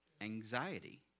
Anxiety